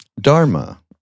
Dharma